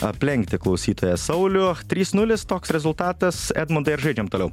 aplenkti klausytoją saulių trys nulis toks rezultatas edmundai ar žaidžiam toliau